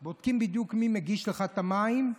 אנחנו בודקים בדיוק מי מגיש לך את המים,